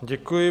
Děkuji.